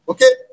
Okay